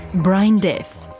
brain death,